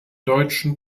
deutschen